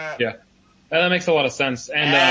yeah. and that makes a lot of sense. and,